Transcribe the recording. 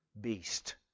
beast